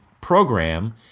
program